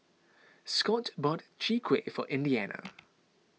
Scot bought Chwee Kueh for Indiana